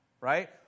right